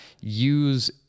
use